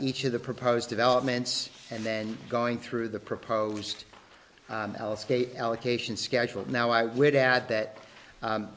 each of the proposed developments and then going through the proposed allocation schedule now i would add that